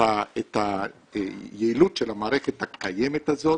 את היעילות של המערכת הקיימת הזאת